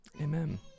Amen